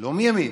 לא מימין,